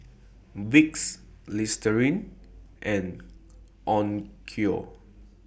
Vicks Listerine and Onkyo